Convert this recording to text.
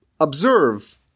observe